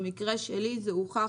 במקרה שלי זה הוכח,